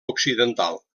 occidental